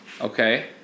Okay